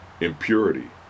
impurity